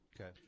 Okay